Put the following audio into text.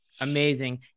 amazing